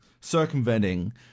circumventing